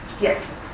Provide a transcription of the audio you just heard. Yes